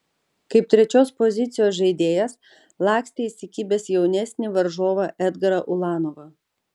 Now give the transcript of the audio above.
kaip trečios pozicijos žaidėjas lakstė įsikibęs jaunesnį varžovą edgarą ulanovą